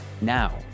Now